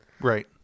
Right